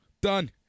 Done